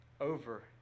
over